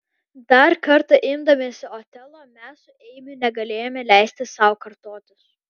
dar kartą imdamiesi otelo mes su eimiu negalėjome leisti sau kartotis